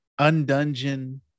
Undungeon